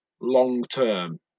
long-term